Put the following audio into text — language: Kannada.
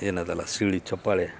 ಏನು ಅದಲ್ಲ ಶಿಳ್ಳಿ ಚಪ್ಪಾಳೆ